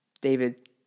David